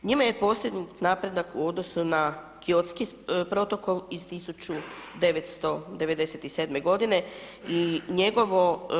Njime je postignut napredak u odnosu na Kyotski protokol iz 1997. godine i njegovo.